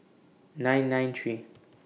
nine nine three